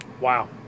Wow